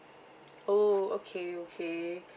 oh okay okay